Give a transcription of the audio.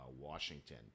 Washington